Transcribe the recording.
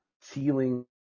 ceiling